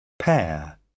Pair